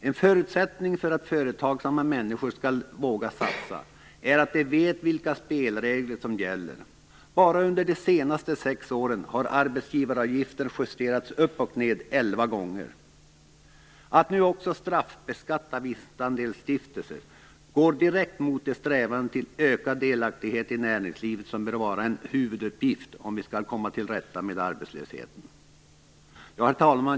En förutsättning för att företagsamma människor skall våga satsa är att de vet vilka spelregler som gäller. Bara under de senaste sex åren har arbetsgivaravgifterna justerats upp och ned elva gånger. Att nu också straffbeskatta vinstandelsstiftelser går direkt mot de strävanden till ökad delaktighet i näringslivet som bör vara en huvuduppgift om vi skall komma till rätta med arbetslösheten. Herr talman!